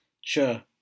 Sure